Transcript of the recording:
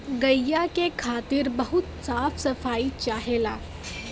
गइया के रखे खातिर बहुत साफ सफाई चाहेला